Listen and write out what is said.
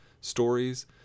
stories